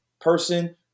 person